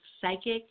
psychic